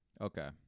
Okay